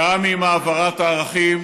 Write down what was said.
גם עם העברת הערכים